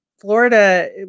Florida